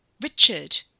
Richard